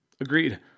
Agreed